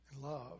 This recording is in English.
love